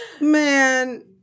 Man